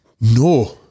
No